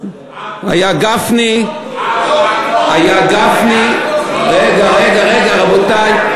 היה גפני, היה גפני, רגע, רגע, רבותי.